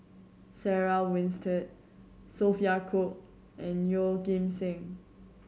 Sarah Winstedt Sophia Cooke and Yeoh Ghim Seng